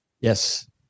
Yes